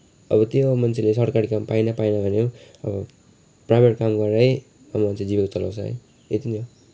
अब त्यही हो मान्छेले सरकारी काम पाएन पाएन भने पनि अब प्राइभेट काम गरेरै अब मान्छेले जीविका चलाउँछ है यति नै हो